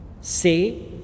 say